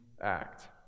act